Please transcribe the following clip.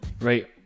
Right